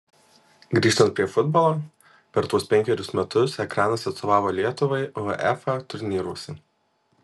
grįžtant prie futbolo per tuos penkerius metus ekranas atstovavo lietuvai uefa turnyruose